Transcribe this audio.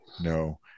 No